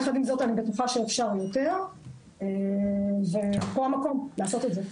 יחד עם זאת אני חושבת שאפשר יותר ופה המקום לעשות את זה,